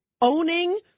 owning